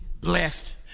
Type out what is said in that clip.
blessed